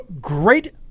great